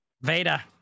Veda